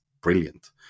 brilliant